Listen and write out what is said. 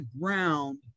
ground